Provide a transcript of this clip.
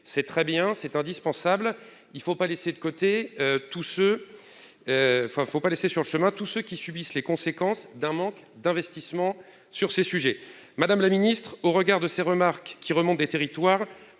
biodiversité. C'est indispensable, mais il ne faut pas oublier en chemin tous ceux qui subissent les conséquences d'un manque d'investissement sur ces sujets. Madame la ministre, au regard de ces remarques qui remontent des territoires,